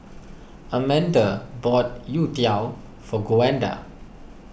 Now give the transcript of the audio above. Amanda bought Youtiao for Gwenda